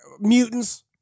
mutants